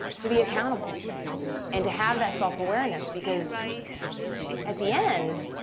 to be accountable and to have that self-awareness. because at the end,